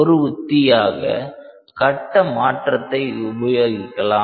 ஒரு உத்தியாக கட்ட மாற்றத்தை உபயோகிக்கலாம்